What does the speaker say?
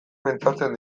pentsatzen